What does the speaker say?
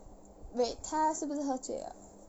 wait 他是不是喝醉了